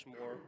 more